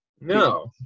no